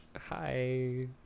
Hi